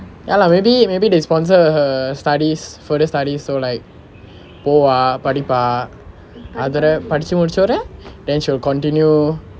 ya lah maybe maybe they sponsor her studies further studies so like போவா படிப்பா அதோட படிச்சு முடிச்சோடனே:povaa padipaa athoda padichu mudichodane then she'll continue